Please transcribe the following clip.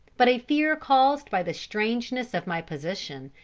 but a fear caused by the strangeness of my position,